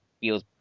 feels